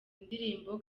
indirimbo